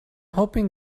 hoping